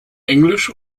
englisch